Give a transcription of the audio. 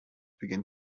begin